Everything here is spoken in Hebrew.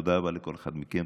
תודה רבה לכל אחד מכם.